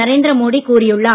நரேந்திர மோடி கூறியுள்ளார்